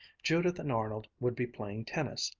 judith and arnold would be playing tennis,